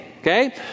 Okay